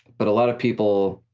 but a lot of people